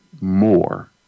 more